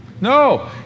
No